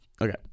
Okay